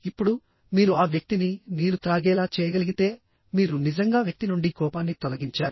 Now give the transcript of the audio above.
ఇప్పుడు మీరు ఆ వ్యక్తిని నీరు త్రాగేలా చేయగలిగితే మీరు నిజంగా వ్యక్తి నుండి కోపాన్ని తొలగించారు